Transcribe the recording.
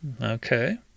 Okay